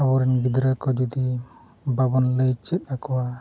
ᱟᱵᱚᱨᱮᱱ ᱜᱤᱫᱽᱨᱟᱹ ᱠᱚ ᱡᱩᱫᱤ ᱵᱟᱵᱚᱱ ᱞᱟᱹᱭ ᱪᱮᱫ ᱟᱠᱚᱣᱟ